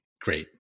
great